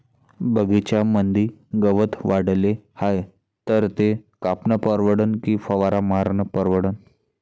बगीच्यामंदी गवत वाढले हाये तर ते कापनं परवडन की फवारा मारनं परवडन?